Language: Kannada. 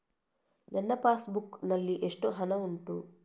ನನ್ನ ಪಾಸ್ ಬುಕ್ ನಲ್ಲಿ ಎಷ್ಟು ಹಣ ಉಂಟು?